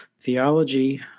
theology